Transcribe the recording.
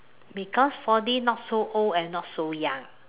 because forty not so old and not so young